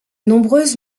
nombreuses